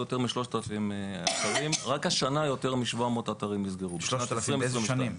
יותר מ-3,000 אתרים נסגרו ב-2020 וב-2021,